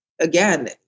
again